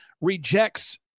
rejects